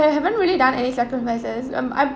ha~ haven't really done any sacrifices um I